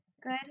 Good